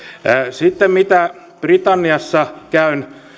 sitten mitä britanniassa käyn